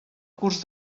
curs